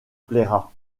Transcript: plaira